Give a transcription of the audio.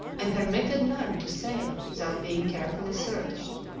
and permitted none to sail without being carefully searched.